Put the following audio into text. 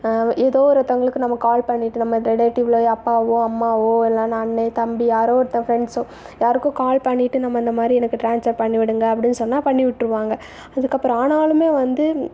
ஏதோ ஒருத்தங்களுக்கு நம்ம கால் பண்ணிவிட்டு நம்ம ரிலேட்டிவில் அப்பாவோ அம்மாவோ இல்லைனா அண்ணன் தம்பி யாரோ ஒருத்தன் ஃப்ரெண்ட்ஸோ யாருக்கோ கால் பண்ணிவிட்டு நம்ம இந்தமாதிரி எனக்கு ட்ரான்ஸ்ஃபர் பண்ணிவிடுங்கள் அப்படின்னு சொன்னால் பண்ணிவிட்டுருவாங்க அதுக்கப்புறம் ஆனாலுமே வந்து